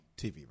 TV